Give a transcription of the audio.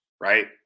right